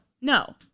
no